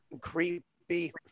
creepy